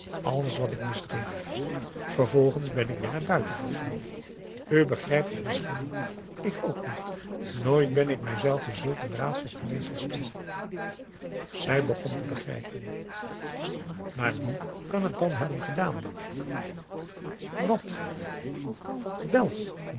s wat ik misdreef vervolgens ben ik weer naar buiten gegaan u begrijpt het misschien niet ik ook niet nooit ben ik mijzelven zulk een raadsel geweest als toen zij begon te begrijpen maar wie kan het dan hebben gedaan wat wel